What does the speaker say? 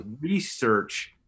research